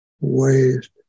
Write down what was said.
ways